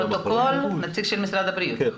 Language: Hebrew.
לפרוטוקול, נציג משרד הבריאות.